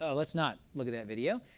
ah let's not look at that video.